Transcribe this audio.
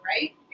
right